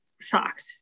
shocked